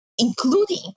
including